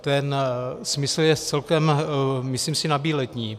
Ten smysl je celkem, myslím si, nabíledni.